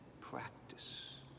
practice